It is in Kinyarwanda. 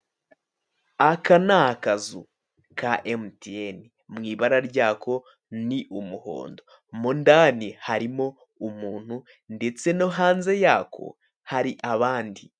Aka ni akazu ka emutiyene mu ibara ryako ni umuhondo mu indani harimo umuntu ndetse no hanze yako hari abandi.